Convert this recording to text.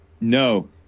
No